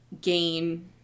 gain